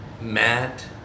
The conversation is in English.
Matt